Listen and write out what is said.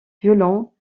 violon